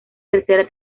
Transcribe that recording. tercera